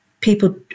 people